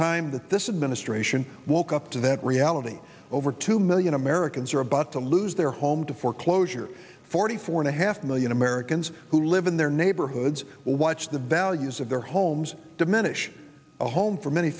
time that this administration woke up to that reality over two million americans are about to lose their home to foreclosure forty four and a half million americans who live in their neighborhoods or watched the values of their homes diminish a home for many